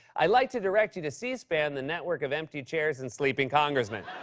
i'd like to direct you to c-span, the network of empty chairs and sleeping congressmen.